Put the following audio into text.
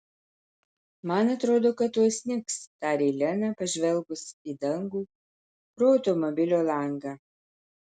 man atrodo kad tuoj snigs tarė lena pažvelgus į dangų pro automobilio langą